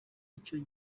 icyo